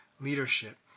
leadership